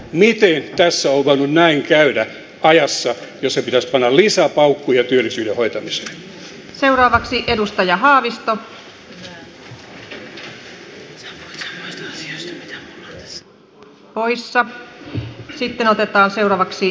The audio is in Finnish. miten tässä on voinut näin käydä ajassa jossa pitäisi panna lisäpaukkuja työllisyyden hoitamiseen